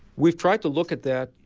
we've tried to look at that.